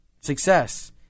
success